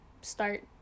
start